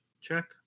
check